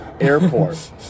airport